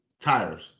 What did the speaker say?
tires